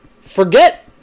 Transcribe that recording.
forget